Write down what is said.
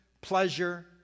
pleasure